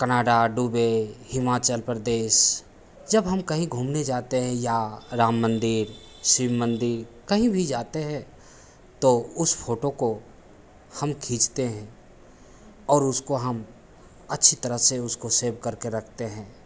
Canada डूबे हिमाचल प्रदेश जब हम कहीं घूमने जाते हैं या राम मंदिर शिव मंदिर कहीं भी जाते हैं तो उस फ़ोटो को हम खींचते हैं और उसको हम अच्छी तरह से उसको सेव करके रखते हैं